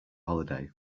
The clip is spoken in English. holiday